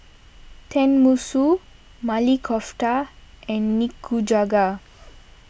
Tenmusu Maili Kofta and Nikujaga